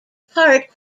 part